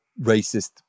racist